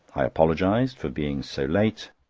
i apologised for being so late,